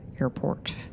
Airport